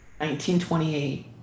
1928